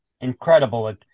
incredible